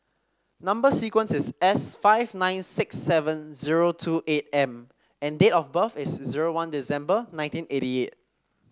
number sequence is S five nine six seven zero two eight M and date of birth is zero one December nineteen eighty eight